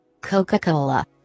Coca-Cola